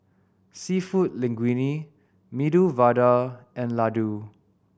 Seafood Linguine Medu Vada and Ladoo